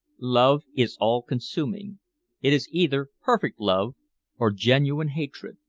love is all-consuming it is either perfect love or genuine hatred.